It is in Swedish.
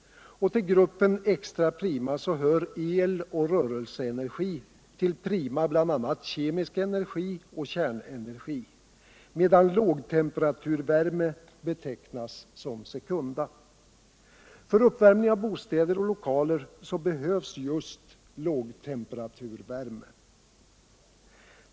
Till gruppen extra prima hör el och rörelseenergi, ull prima bl.a. kemisk energi och kärnenergi, medan lågtemperaturvärme betecknas som sekunda. För uppvärmning av bostäder och lokaler behövs just lågtemperaturvärme.